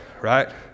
right